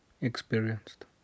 experienced